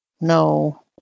No